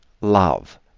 love